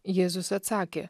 jėzus atsakė